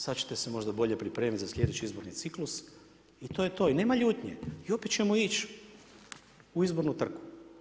Sad ćete se možda bolje pripremiti za sljedeći izborni ciklus i to je to i nema ljutnje i opet ćemo ići u izbornu trku.